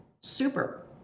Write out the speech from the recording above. Super